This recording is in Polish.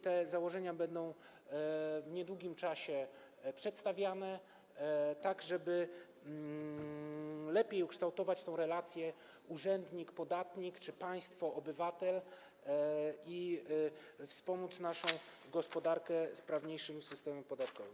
Te założenia będą w niedługim czasie przedstawiane, żeby lepiej ukształtować te relacje urzędnik - podatnik czy państwo - obywatel i wspomóc naszą gospodarkę sprawniejszym systemem podatkowym.